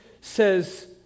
says